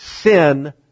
sin